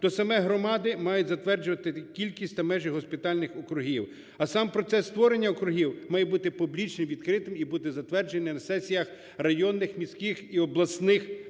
то самі громади мають затверджувати кількість та межі госпітальних округів, а сам процес створення округів має бути публічним, відкритим і бути затвердженим на сесіях районних, міських і обласних